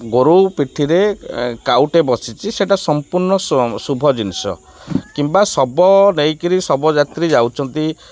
ଗୋରୁ ପିଠିରେ କାଉଟେ ବସିଛି ସେଇଟା ସମ୍ପୂର୍ଣ୍ଣ ଶୁଭ ଜିନିଷ କିମ୍ବା ଶବ ନେଇକିରି ଶବ ଯାତ୍ରୀ ଯାଉଛନ୍ତି